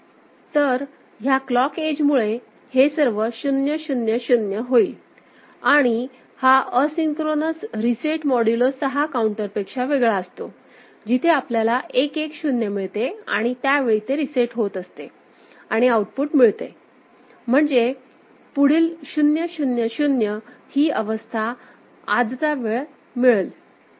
तर ह्या clock edge मुळे हे सर्व 0 0 0 होतील आणि हा असिंक्रोनस रीसेट मॉड्यूलो 6 काउंटरपेक्षा वेगळा असतो जिथे आपल्याला 1 1 0 मिळते आणि त्या वेळी ते रीसेट होते आणि आउटपुट मिळते म्हणजे पुढील 0 0 0 ही अवस्था बराच वेळ मिळत असते